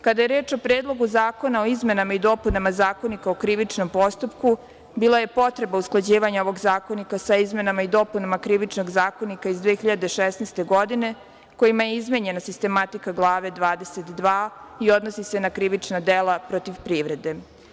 Kada je reč o Predlogu zakona o izmenama i dopunama Zakonika o krivičnom postupku bila je potreba usklađivanja ovog zakonika sa izmenama i dopunama Krivičnog zakonika iz 2016. godine, kojima je izmenjena sistematika Glave 22 i odnosi se na krivična dela protiv privrede.